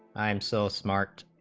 i'm so smart,